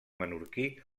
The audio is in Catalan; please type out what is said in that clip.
menorquí